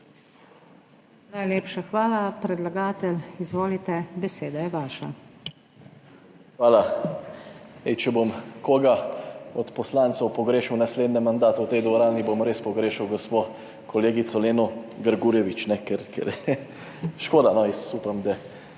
Najlepša hvala. Predlagatelj, izvolite, beseda je vaša. ŽAN MAHNIČ (PS SDS): Hvala. Ej, če bom koga od poslancev pogrešal v naslednjem mandatu v tej dvorani, bom res pogrešal gospo kolegico Leno Grgurevič, ker je, škoda, jaz upam, da